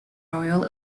royal